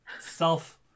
self